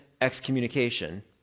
excommunication